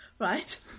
Right